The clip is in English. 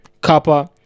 Copper